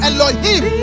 Elohim